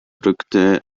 rückte